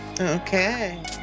Okay